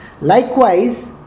Likewise